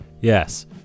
Yes